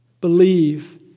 believe